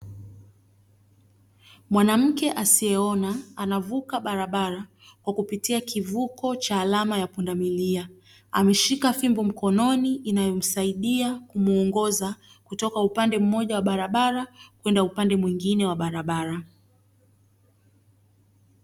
Mwanamke asiyeeona anavuka barabara kwa kupitia kivuko cha alama ya pundamilia. Ameshika fimbo mkononi inayomsaidia kumuongoza kutoka upande mmoja wa barabara kwenda upande mwingine wa barabara.